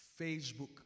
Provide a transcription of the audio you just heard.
Facebook